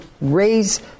raise